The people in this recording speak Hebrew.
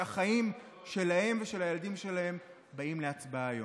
שהחיים שלהם ושל הילדים שלהם באים להצבעה היום.